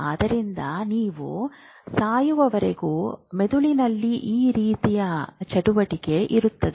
ಆದ್ದರಿಂದ ನೀವು ಸಾಯುವವರೆಗೂ ಮೆದುಳಿನಲ್ಲಿ ಈ ರೀತಿಯ ಚಟುವಟಿಕೆ ಇರುತ್ತದೆ